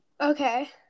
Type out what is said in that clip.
Okay